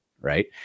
right